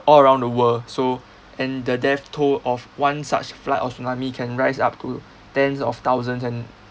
all around the world so and the death toll of one such flood or tsunami can rise up to tens of thousands and